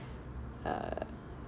uh